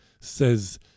says